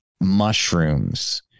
mushrooms